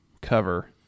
cover –